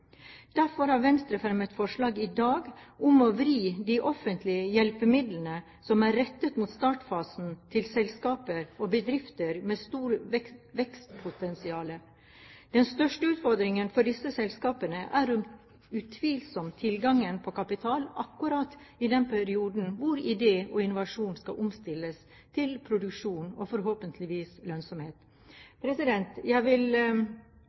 Derfor har Venstre i dag fremmet forslag om å vri de offentlige hjelpemidlene som er rettet mot startfasen til selskaper og bedrifter med stort vekstpotensial. Den største utfordringen for disse selskapene er utvilsomt tilgangen på kapital akkurat i den perioden hvor idé og innovasjon skal omstilles til produksjon og forhåpentligvis lønnsomhet. Som jeg